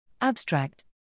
Abstract